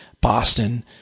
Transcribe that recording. Boston